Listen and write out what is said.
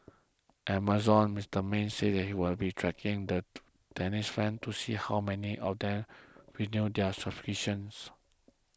Amazon's Mister Marine says he will be tracking the tennis fans to see how many of them renew their subscriptions